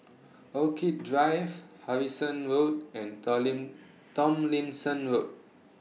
Orchid Drive Harrison Road and Tomlinson Road